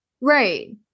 right